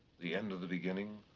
the end of the beginning,